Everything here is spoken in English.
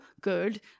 good